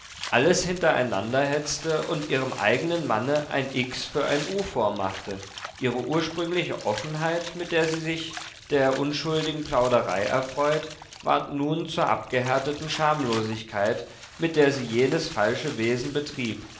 alles hintereinanderhetzte und ihrem eigenen manne ein x für ein u vormachte ihre ursprüngliche offenheit mit der sie sich der unschuldigeren plauderei erfreut ward nun zur abgehärteten schamlosigkeit mit der sie jenes falsche wesen betrieb